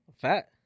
Fat